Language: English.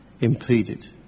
impeded